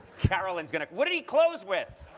caroline's going to what did he close with?